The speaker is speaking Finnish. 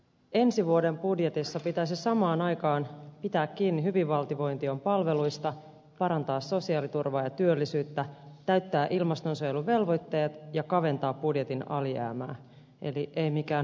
ensi vuoden budjetissa pitäisi samaan aikaan pitää kiinni hyvinvointivaltion palveluista parantaa sosiaaliturvaa ja työllisyyttä täyttää ilmastonsuojeluvelvoitteet ja kaventaa budjetin alijäämää eli ei mikään helppo yhtälö